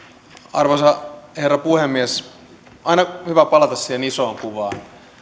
arvoisa herra puhemies aina on hyvä palata siihen isoon kuvaan